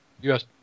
Yes